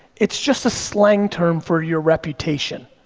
it's just a slang term for your reputation.